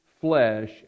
flesh